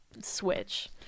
switch